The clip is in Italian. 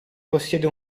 possiede